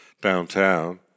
downtown